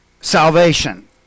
salvation